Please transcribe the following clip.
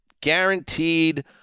guaranteed